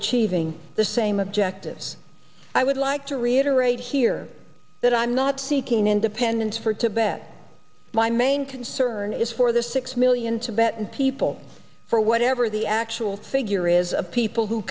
achieving the same objectives i would like to reiterate here that i'm not seeking independence for tibet my main concern is for the six million tibetans people for whatever the actual figure is a people who